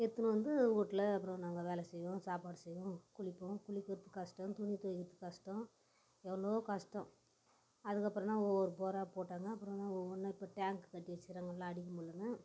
எடுத்துன்னு வந்து வீட்ல அப்புறம் நாங்கள் வேலை செய்வோம் சாப்பாடு செய்வோம் குளிப்போம் குளிக்கிறது கஷ்டம் துணி துவைக்கிறது கஷ்டம் எவ்வளோவோ கஷ்டம் அதுக்கப்புறம் தான் ஒவ்வொரு போராக போட்டாங்க அப்புறம் ஒவ்வொன்றா இப்போ டேங்க் கட்டி வச்சுக்கிறாங்க அடி பம்பு இல்லைனு